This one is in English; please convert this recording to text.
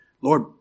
Lord